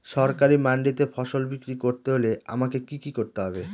সরকারি মান্ডিতে ফসল বিক্রি করতে হলে আমাকে কি কি করতে হবে?